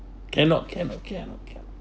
cannot cannot cannot cannot